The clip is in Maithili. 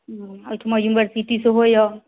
ओहिठुमा यूनिवर्सिटी सेहो यऽ